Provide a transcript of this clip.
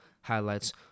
highlights